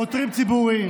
עותרים ציבוריים.